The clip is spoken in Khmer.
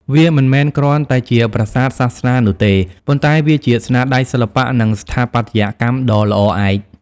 វាមិនមែនគ្រាន់តែជាប្រាសាទសាសនានោះទេ ប៉ុន្តែវាជាស្នាដៃសិល្បៈ និងស្ថាបត្យកម្មដ៏ល្អឯក។